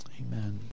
Amen